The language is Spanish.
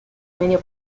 medio